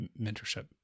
mentorship